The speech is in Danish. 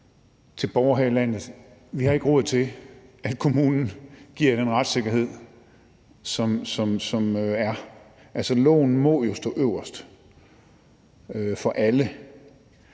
har råd til, at kommunen giver den retssikkerhed, som der skal være. Loven må jo stå øverst for alle.